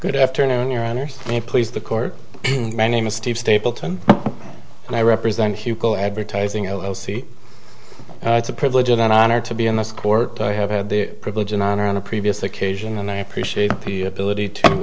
good afternoon your honor may please the court my name is steve stapleton and i represent hugo advertising o c it's a privilege and an honor to be in this court i have had the privilege and honor in the previous occasion and i appreciate the ability to